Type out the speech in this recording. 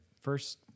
first